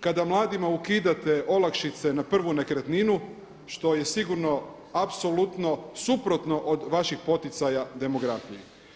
kada mladima ukidate olakšice na prvu nekretninu što je sigurno apsolutno suprotno od vaših poticaja demografije.